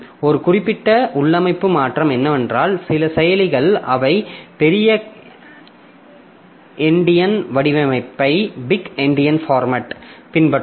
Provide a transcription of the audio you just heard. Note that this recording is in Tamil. ஒரு குறிப்பிட்ட உள்ளமைவு மாற்றம் என்னவென்றால் சில செயலிகள் அவை பெரிய எண்டியன் வடிவமைப்பைப் பின்பற்றும்